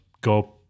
go